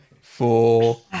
four